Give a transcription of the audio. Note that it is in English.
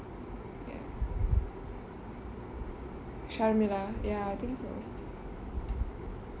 shamala ya I think so